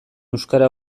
euskara